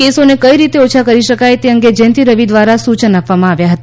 કેસોને કઈ રીતે ઓછા કરી શકાય તે અંગે જયંતી રવિ દ્વારા સૂચન આપવામાં આવ્યા હતા